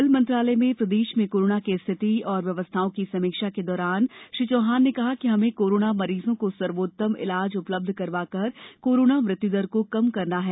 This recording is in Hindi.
कल मंत्रालय में प्रदेश में कोरोना की स्थिति और व्यवस्थाओं की समीक्षा के दौरान श्री चौहान ने कहा कि हमें कोरोना मरीजों को सर्वोत्तम इलाज उपलब्ध करवाकर कोरोना मृत्य् दर को कम करना है